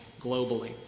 globally